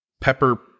pepper